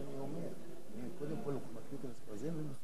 (תיקון מס' 2),